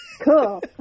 cool